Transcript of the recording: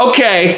Okay